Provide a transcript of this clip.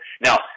Now